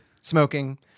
smoking